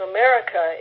America